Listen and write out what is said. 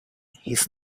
his